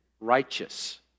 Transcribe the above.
righteous